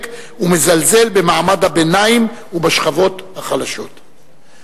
ומזלזל במעמד הביניים ובשכבות החלשות.